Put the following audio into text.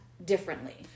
differently